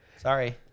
Sorry